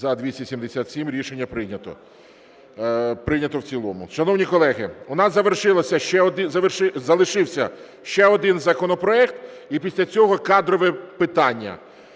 За-277 Рішення прийнято в цілому. Шановні колеги, у нас залишився ще один законопроект, і після цього кадрове питання.